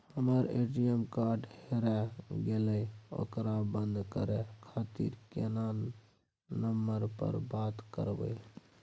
हमर ATM card हेराय गेले ओकरा बंद करे खातिर केना नंबर पर बात करबे?